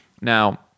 Now